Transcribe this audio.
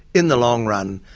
in the long run,